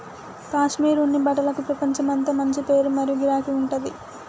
కాశ్మీర్ ఉన్ని బట్టలకు ప్రపంచమంతా మంచి పేరు మరియు గిరాకీ ఉంటది